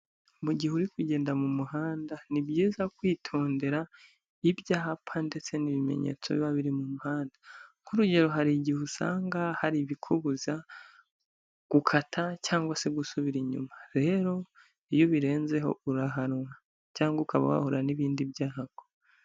Mugihe uri kugenda mu muhanda ni byiza kwitondera ibyapa ndetse n'ibimenyetso biba biri mu muhanda nkurugero hari igihe usanga hari ibikubuza gukata cyangwa se gusubira inyuma rero iyo ubirenzeho urahanwa cyangwa ukaba wahura n'ibindi byago.